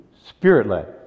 Spirit-led